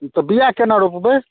तऽ बीआ केना रोपबै